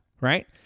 right